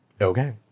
okay